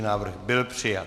Návrh byl přijat.